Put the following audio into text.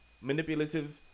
manipulative